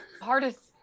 hardest